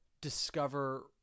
Discover